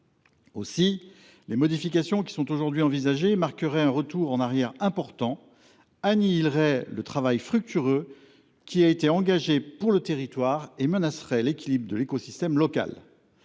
projet. Les modifications qui sont aujourd’hui envisagées marqueraient un retour en arrière important, annihileraient le travail fructueux qui a été engagé pour le territoire et menaceraient l’équilibre de l’écosystème local.